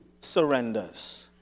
surrenders